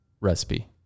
recipe